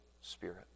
Spirit